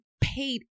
paid